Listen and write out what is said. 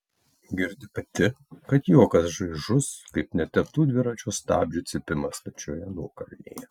girdi pati kad juokas šaižus kaip neteptų dviračio stabdžių cypimas stačioje nuokalnėje